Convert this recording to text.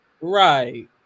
Right